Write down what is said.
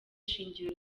shingiro